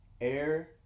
air